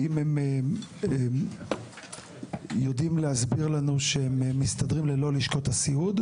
האם הם יודעים להסביר לנו שהם מסתדרים ללא לשכות הסיעוד?